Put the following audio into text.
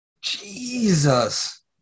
Jesus